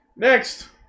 Next